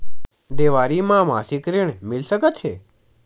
देवारी म मासिक ऋण मिल सकत हे?